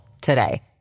today